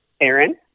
Aaron